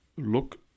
look